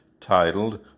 titled